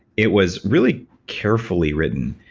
it was really carefully written.